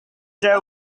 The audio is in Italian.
c’è